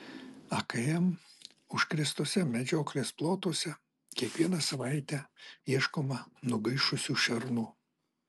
akm užkrėstuose medžioklės plotuose kiekvieną savaitę ieškoma nugaišusių šernų